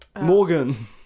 Morgan